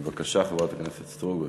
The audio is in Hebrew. בבקשה, חברת הכנסת סטרוק.